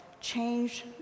change